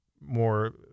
more